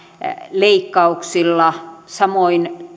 leikkauksilla samoin